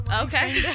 okay